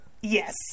Yes